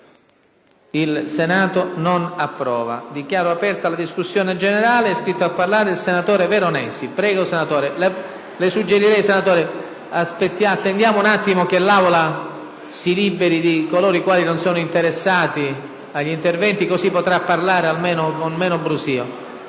**Non è approvata.** Dichiaro aperta la discussione generale. È iscritto a parlare il senatore Veronesi.